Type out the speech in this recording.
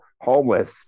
homeless